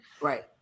Right